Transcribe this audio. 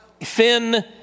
Finn